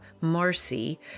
Marcy